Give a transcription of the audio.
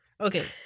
Okay